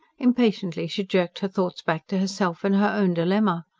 impatiently she jerked her thoughts back to herself and her own dilemma.